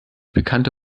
bekannte